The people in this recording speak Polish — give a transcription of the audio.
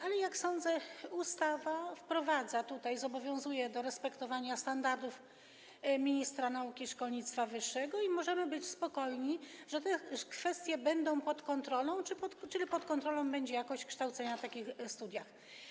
Ale, jak sądzę, ustawa zobowiązuje do respektowania standardów ministra nauki i szkolnictwa wyższego i możemy być spokojni, że te kwestie będą pod kontrolą, czyli pod kontrolą będzie jakość kształcenia na takich studiach.